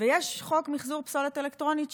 יש חוק מחזור פסולת אלקטרונית,